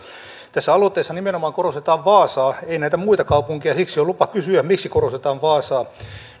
aloitteessa nimenomaan korostetaan vaasaa ei näitä muita kaupunkeja siksi on lupa kysyä miksi korostetaan vaasaa